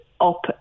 up